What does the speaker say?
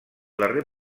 darrer